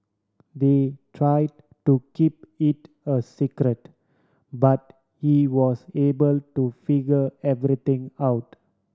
they try to keep it a secret but he was able to figure everything out